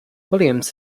williams